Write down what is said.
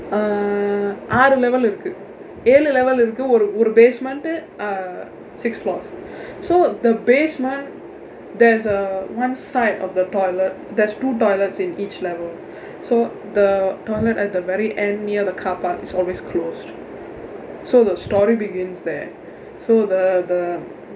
uh ஆறு:aaru level இருக்கு ஏழு:irunkku eezhu level இருக்கு ஒரு ஒரு:irukku oru oru basement uh six floors so the basement there's a one side of the toilet there's two toilets in each level so the toilet at the very end near the car park is always closed so the story begins there so the the